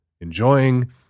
enjoying